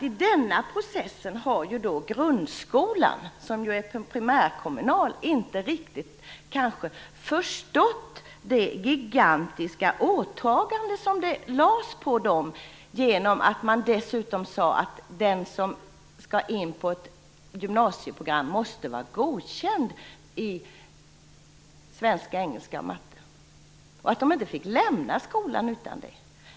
I den processen har kanske grundskolan, som ju är primärkommunal, inte riktigt förstått det gigantiska åläggande den fick genom att det dessutom sades att den som skall in på ett gymnasieprogram måste vara godkänd i svenska, engelska och matte och att man inte fick lämna skolan utan det.